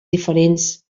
diferents